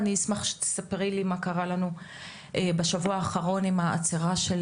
אני אשמח שתספרי לי מה קרה לנו בשבוע האחרון עם הסוגיה של